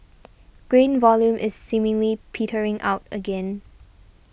grain volume is seemingly petering out again